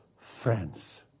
friends